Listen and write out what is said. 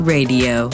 Radio